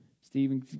Stephen